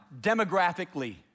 Demographically